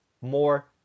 more